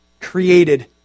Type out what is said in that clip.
Created